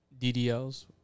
DDLs